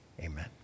Amen